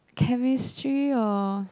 chemistry or